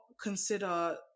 consider